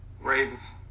Ravens